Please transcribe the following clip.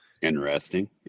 Interesting